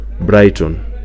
Brighton